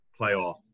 playoff